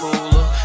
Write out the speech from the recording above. Cooler